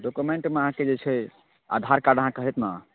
डोकुमेन्टमे अहाँके जे छै आधार कार्ड अहाँके हैत ने